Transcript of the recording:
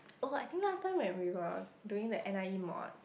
oh I think last time when we were doing the n_i_e mod